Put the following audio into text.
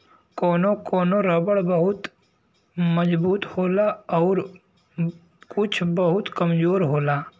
कौनो कौनो रबर बहुत मजबूत होला आउर कुछ बहुत कमजोर होला